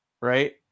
right